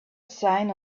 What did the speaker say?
sign